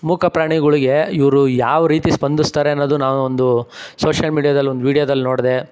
ಮೂಕ ಪ್ರಾಣಿಗಳಿಗೆ ಇವರು ಯಾವ ರೀತಿ ಸ್ಪಂದಿಸ್ತಾರೆ ಅನ್ನೋದು ನಾವು ಒಂದು ಸೋಷಿಯಲ್ ಮೀಡಿಯಾದಲ್ಲೊಂದು ವೀಡಿಯೋದಲ್ಲಿ ನೋಡಿದೆ